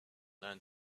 learn